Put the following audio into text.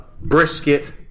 brisket